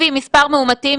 לפי מספר מאומתים,